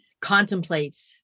contemplate